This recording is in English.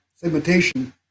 segmentation